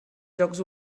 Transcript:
jocs